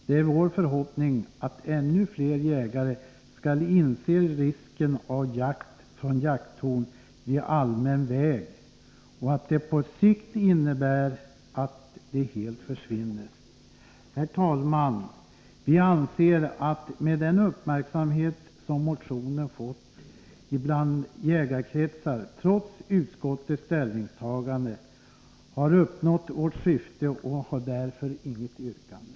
Det är vår förhoppning att ännu fler jägare skall inse risken av jakt från jakttorn vid allmän väg och att det på sikt innebär att de helt försvinner. Herr talman! Vi anser att vi med den uppmärksamhet som motionen fått i bl.a. jägarkretsar, trots utskottets ställningstagande, har uppnått vårt syfte och har därför inget yrkande.